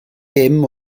dim